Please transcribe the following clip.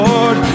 Lord